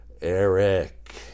eric